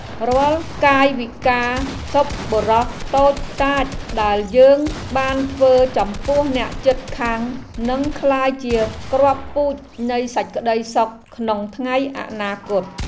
រាល់កាយវិការសប្បុរសតូចតាចដែលយើងបានធ្វើចំពោះអ្នកជិតខាងនឹងក្លាយជាគ្រាប់ពូជនៃសេចក្តីសុខក្នុងថ្ងៃអនាគត។